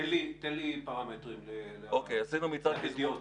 תן לי פרמטרים להדיוט.